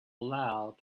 loud